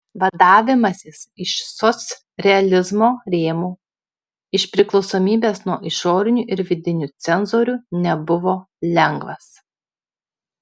vadavimasis iš socrealizmo rėmų iš priklausomybės nuo išorinių ir vidinių cenzorių nebuvo lengvas